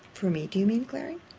for me, do you mean, clary?